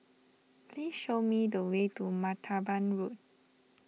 please show me the way to Martaban Road